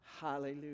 Hallelujah